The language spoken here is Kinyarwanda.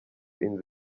inzu